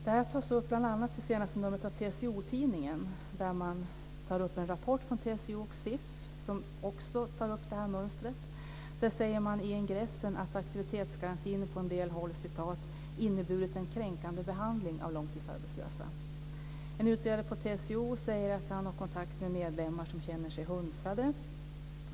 Det här tas bl.a. upp i senaste numret av TCO tidningen. Där tar man upp en rapport från TCO och SIF, som också behandlar det här mönstret. I ingressen säger man att aktivitetsgarantin på en del håll inneburit en kränkande behandling av långtidsarbetslösa. En utredare på TCO säger att han har kontakt med medlemmar som känner sig hunsade.